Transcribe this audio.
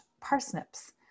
parsnips